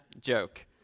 joke